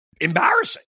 embarrassing